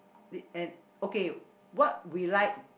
the and okay what we like